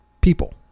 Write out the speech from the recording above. people